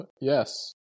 yes